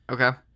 Okay